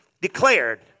declared